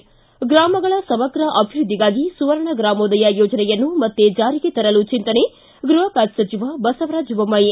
ಿ ಗ್ರಾಮಗಳ ಸಮಗ್ರ ಅಭಿವೃದ್ಧಿಗಾಗಿ ಸುವರ್ಣ ಗ್ರಾಮೋದಯ ಯೋಜನೆಯನ್ನು ಮತ್ತೆ ಚಾರಿಗೆ ತರಲು ಚಿಂತನೆ ಗ್ಬಹ ಖಾತೆ ಸಚಿವ ಬಸವರಾಜ ಬೊಮ್ಯಾಯಿ